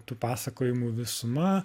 tų pasakojimų visuma